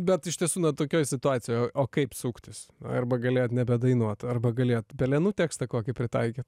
bet iš tiesų tokioj situacijoj o o kaip suktis arba galėjot nebedainuot arba galėjot pelenų tekstą kokį pritaikyt